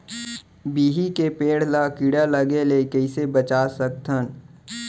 बिही के पेड़ ला कीड़ा लगे ले कइसे बचा सकथन?